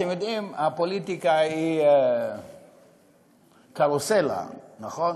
אתם יודעים, הפוליטיקה היא קרוסלה, נכון?